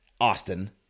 Austin